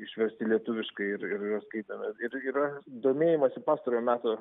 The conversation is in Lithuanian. išversti lietuviškai ir ir juos skaitome ir yra domėjimosi pastarojo meto